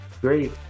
great